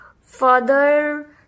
Further